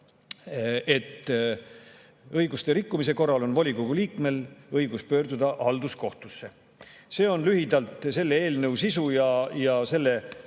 et õiguste rikkumise korral on volikogu liikmel õigus pöörduda halduskohtusse. See on lühidalt selle eelnõu sisu ja selle